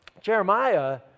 Jeremiah